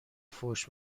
فحش